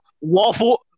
waffle